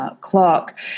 Clock